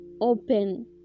open